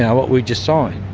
what we just signed.